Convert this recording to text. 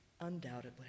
undoubtedly